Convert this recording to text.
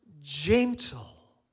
gentle